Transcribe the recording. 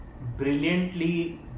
brilliantly